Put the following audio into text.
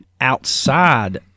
Outside